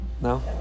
no